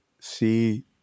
see